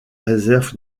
réserve